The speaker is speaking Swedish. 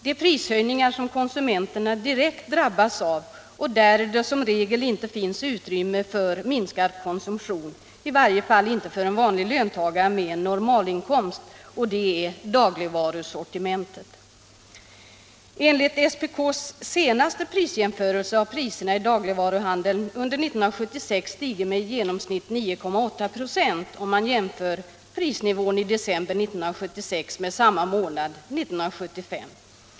De prishöjningar som konsumenterna direkt drabbas av och där det som regel inte finns utrymme för minskad konsumtion, i varje fall inte för en vanlig löntagare med en normalinkomst, det är dagligvarusortimentet. Enligt SPK:s senaste prisjämförelse har priserna i dagligvaruhandeln under 1976 stigit med i genomsnitt 9,8 26 om man jämför prisnivån i december 1976 med samma månad 1975.